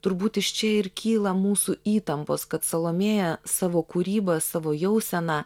turbūt iš čia ir kyla mūsų įtampos kad salomėja savo kūryba savo jausena